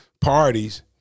parties